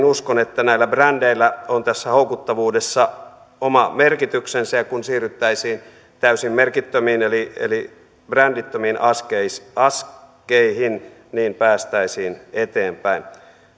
uskon että brändeillä on houkuttavuudessa oma merkityksensä ja kun siirryttäisiin täysin merkittömiin eli eli brändittömiin askeihin askeihin niin päästäisiin eteenpäin